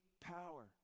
power